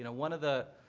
and one of the